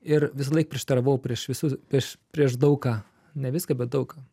ir visąlaik prieštaravau prieš visus prieš prieš daug ką ne viską bet daug ką